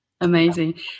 amazing